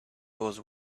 goes